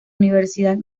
universidad